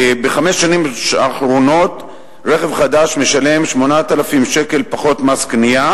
בחמש השנים האחרונות רכב חדש משלם 8,000 שקל פחות מס קנייה,